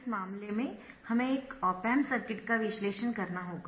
इस मामले में हमें एक ऑप एम्प सर्किट का विश्लेषण करना होगा